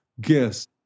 guess